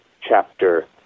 chapter